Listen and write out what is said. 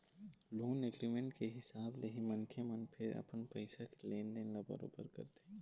loan agreement के हिसाब ले ही मनखे मन फेर अपन पइसा के लेन देन ल बरोबर करथे